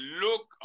look